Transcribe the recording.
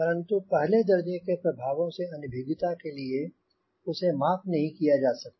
परन्तु पहले दर्जे के प्रभावों से अनभिज्ञता के लिए उसे माफ नहीं किया जा सकता